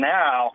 now